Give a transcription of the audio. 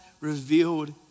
revealed